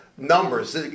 numbers